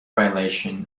violation